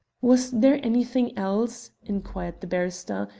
was there anything else? inquired the barrister,